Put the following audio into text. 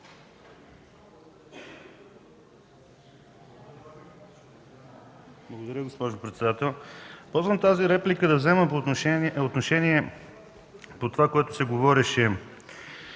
Благодаря, госпожо председател. Ползвам тази реплика, за да взема отношение по това, което се говореше